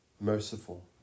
merciful